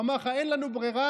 הוא אמר לך: אין לנו ברירה,